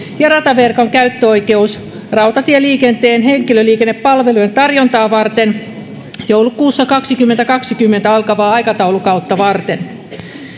ja rataverkon käyttöoikeus rautatieliikenteen henkilöliikennepalvelujen tarjontaa varten joulukuussa kaksituhattakaksikymmentä alkavaa aikataulukautta varten